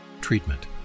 Treatment